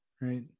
right